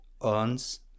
owns